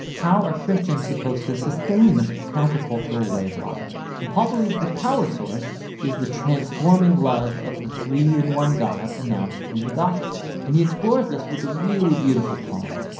how are christians supposed to sustain this countercultural way of life? and paul believes the power source is the transforming love of the three and one god announced in the gospel. and he explores this with a really beautiful poem.